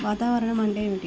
వాతావరణం అంటే ఏమిటి?